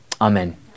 Amen